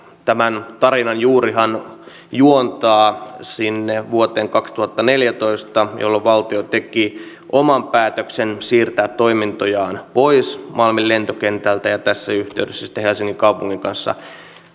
tämän tarinan juurihan juontaa sinne vuoteen kaksituhattaneljätoista jolloin valtio teki oman päätöksen siirtää toimintojaan pois malmin lentokentältä ja tässä yhteydessä helsingin kaupungin kanssa